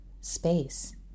space